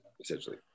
essentially